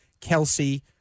Kelsey